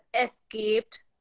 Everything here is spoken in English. escaped